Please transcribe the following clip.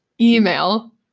email